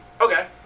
Okay